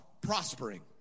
prospering